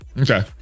okay